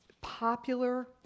popular